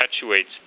perpetuates